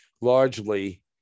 largely